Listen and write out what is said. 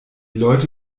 leute